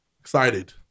Excited